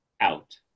out